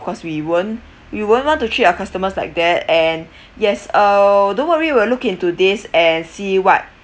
because we weren't we weren't want to treat our customers like that and yes uh don't worry we will look into this and see what